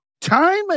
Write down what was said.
Time